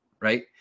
right